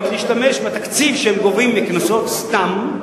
להשתמש בתקציב שהם גובים מקנסות סתם,